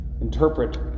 interpret